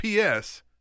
PS